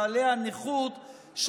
בעלי הנכות,